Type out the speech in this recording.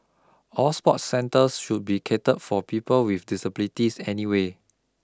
all sports centres should be catered for people with disabilities anyway